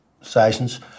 sessions